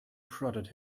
prodded